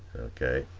okay.